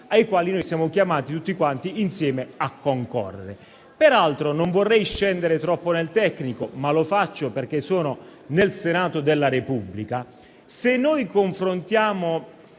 ai quali siamo chiamati tutti quanti insieme a concorrere. Peraltro, pur non volendo scendere troppo nel tecnico, lo faccio perché sono nel Senato della Repubblica: se confrontiamo